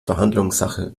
verhandlungssache